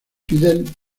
fidel